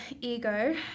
ego